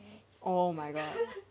oh my god